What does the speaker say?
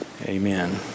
amen